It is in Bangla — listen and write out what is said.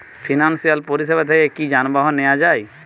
ফিনান্সসিয়াল পরিসেবা থেকে কি যানবাহন নেওয়া যায়?